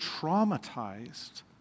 traumatized